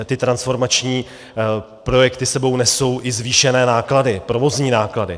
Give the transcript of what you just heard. Ty transformační projekty s sebou nesou i zvýšené náklady, provozní náklady.